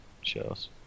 shows